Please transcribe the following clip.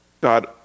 God